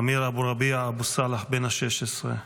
אמיר רביע אבו סאלח, בן 16,